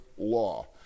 Law